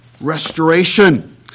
restoration